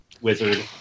wizard